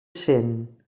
cent